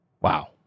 Wow